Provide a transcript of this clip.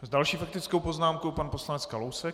S další faktickou poznámkou pan poslanec Kalousek.